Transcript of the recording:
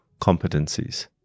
competencies